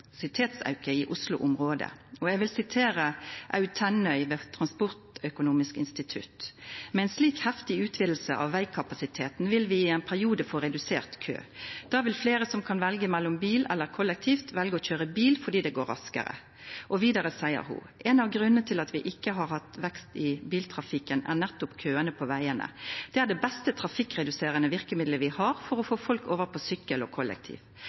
vil sitera Aud Tennøy ved Transportøkonomisk institutt: «Med en slik heftig utvidelse av veikapasiteten vil vi i en periode få redusert kø. Da vil flere som kan velge mellom bil eller kollektivt, velge å kjøre bil fordi det går raskere». Vidare seier ho: «En av grunnene til at vi ikke har hatt vekst i biltrafikken er nettopp køene på veiene. Det er det beste trafikkreduserende virkemiddelet vi har, for å få folk over på sykkel og kollektiv.